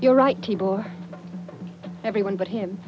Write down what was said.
you're right people or everyone but him